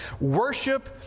Worship